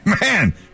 Man